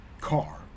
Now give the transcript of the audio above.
car